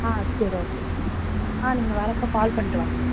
ஆ சரி ஓகே ஆ நீங்கள் வர்றப்போ கால் பண்ணிட்டு வாங்க